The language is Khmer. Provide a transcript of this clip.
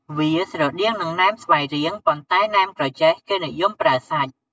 វាស្រដៀងនឹងណែមស្វាយរៀង ប៉ុន្តែណែមក្រចេះគេនិយមប្រើសាច់។